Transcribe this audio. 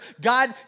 God